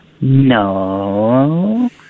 No